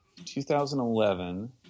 2011